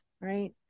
Right